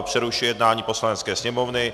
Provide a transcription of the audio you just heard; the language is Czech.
Přerušuji jednání Poslanecké sněmovny.